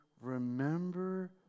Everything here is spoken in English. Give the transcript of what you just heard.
Remember